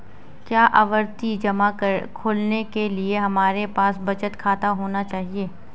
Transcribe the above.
क्या आवर्ती जमा खोलने के लिए हमारे पास बचत खाता होना चाहिए?